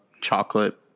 chocolate